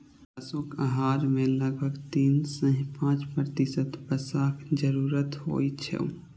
पशुक आहार मे लगभग तीन सं पांच प्रतिशत वसाक जरूरत होइ छै